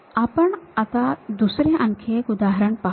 आपण आता दुसरे आणखी एक उदाहरण पाहू